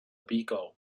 beagle